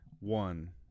One